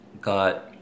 got